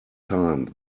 time